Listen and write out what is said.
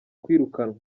kwirukanwa